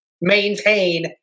maintain